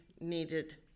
needed